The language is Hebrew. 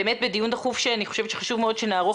באמת בדיון דחוף שאני חושבת שחשוב מאוד שנערוך